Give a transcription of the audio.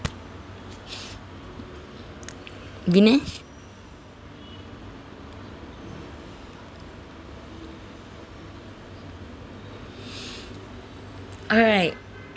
vinesh alright